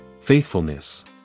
faithfulness